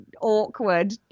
awkward